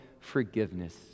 forgiveness